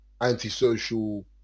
anti-social